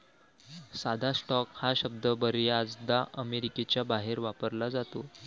साधा स्टॉक हा शब्द बर्याचदा अमेरिकेच्या बाहेर वापरला जातो